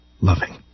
loving